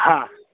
ह